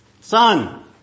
son